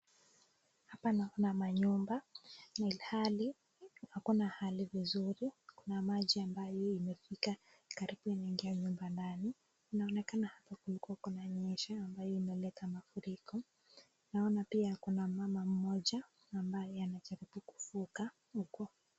Hapa naona manyumba na ilhali hakuna hali vizuri. Kuna maji ambayo imefika karibu yaingia nyumba ndani. Naonekana hapa kulikuwa na nyesha ambayo inaleta mafuriko. Naona pia kuna mama mmoja ambaye anajaribu kuvuka huko.